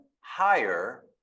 higher